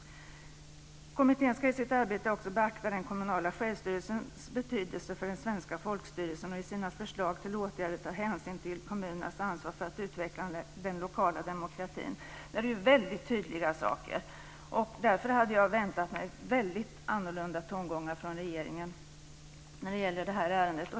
Kommittén ska i sitt arbete också beakta den kommunala självstyrelsens betydelse för den svenska folkstyrelsen och i sina förslag till åtgärder ta hänsyn till kommunernas ansvar för att utveckla den lokala demokratin. Detta är ju väldigt tydliga saker. Därför hade jag väntat mig väldigt annorlunda tongångar från regeringen när det gäller detta ärende.